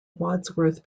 wadsworth